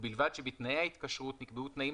ובלבד שבתנאי ההתקשרות נקבעו תנאים